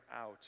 out